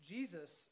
Jesus –